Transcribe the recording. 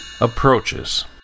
Approaches